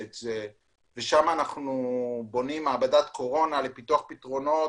שם אנחנו בונים מעבדת קורונה לפיתוח פתרונות,